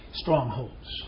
strongholds